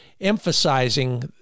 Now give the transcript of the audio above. emphasizing